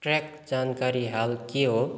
track जानकारी हाल के हो